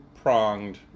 pronged